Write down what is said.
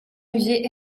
musées